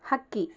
ಹಕ್ಕಿ